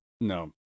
no